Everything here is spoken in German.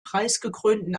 preisgekrönten